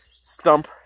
stump